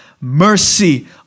mercy